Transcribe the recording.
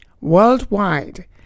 worldwide